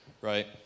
right